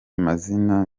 mazina